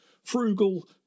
Frugal